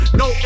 no